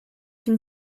une